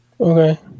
Okay